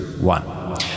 One